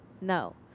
No